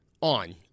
on